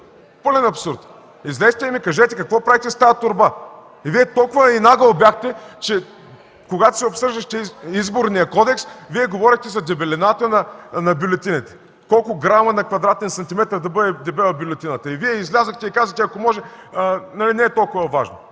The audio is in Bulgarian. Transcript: Пълен абсурд! Излезте и ни кажете какво правехте с тази торба! Бяхте толкова нагъл, че когато се обсъждаше Изборният кодекс, Вие говорехте за дебелината на бюлетините – колко грама на квадратен сантиметър да бъде дебела бюлетината. Вие излязохте и казахте: „Не е толкова важна”.